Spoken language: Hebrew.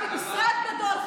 החזקתי משרד גדול.